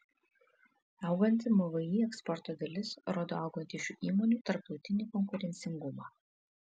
auganti mvį eksporto dalis rodo augantį šių įmonių tarptautinį konkurencingumą